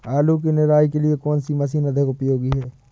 आलू की निराई के लिए कौन सी मशीन अधिक उपयोगी है?